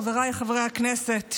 חבריי חברי הכנסת,